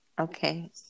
okay